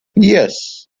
yes